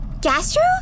Gastro